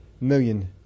million